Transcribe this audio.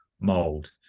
mold